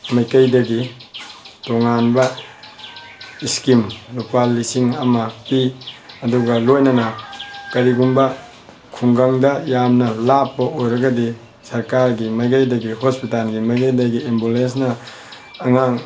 ꯃꯥꯏꯀꯩꯗꯒꯤ ꯇꯣꯉꯥꯟꯕ ꯏ꯭ꯁꯀꯤꯝ ꯂꯨꯄꯥ ꯂꯤꯁꯤꯡ ꯑꯃ ꯄꯤ ꯑꯗꯨꯒ ꯂꯣꯏꯅꯅ ꯀꯔꯤꯒꯨꯝꯕ ꯈꯨꯡꯒꯪꯗ ꯌꯥꯝꯅ ꯂꯥꯞꯄ ꯑꯣꯏꯔꯒꯗꯤ ꯁ꯭ꯔꯀꯥꯔꯒꯤ ꯃꯥꯏꯀꯩꯗꯒꯤ ꯍꯣꯁꯄꯤꯇꯥꯜꯒꯤ ꯃꯥꯏꯀꯩꯗꯒꯤ ꯑꯦꯝꯕꯨꯂꯦꯁꯅ ꯑꯉꯥꯡ